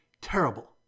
Terrible